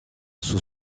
sous